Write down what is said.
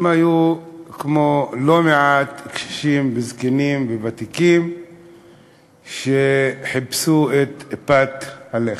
הם היו כמו לא מעט קשישים וזקנים וותיקים שחיפשו את פת הלחם.